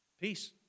Peace